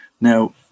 Now